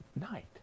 night